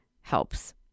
helps